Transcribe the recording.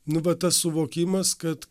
nu va tas suvokimas kad